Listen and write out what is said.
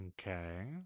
okay